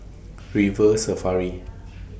River Safari